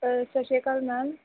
ਸਤਿ ਸ਼੍ਰੀ ਅਕਾਲ ਮੈਮ